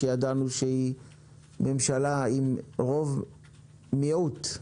שידענו שהיא ממשלה עם רוב קטן,